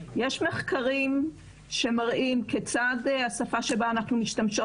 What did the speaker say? יש מחקרים שמראים כיצד השפה שבה אנחנו משתמשות